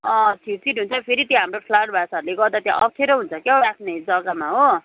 अँ खिडकी त हुन्छ फेरि त्यो हाम्रो फ्लावर भासहरूले गर्दा त्यहाँ अप्ठ्यारो हुन्छ क्या हौ राख्ने जग्गामा हो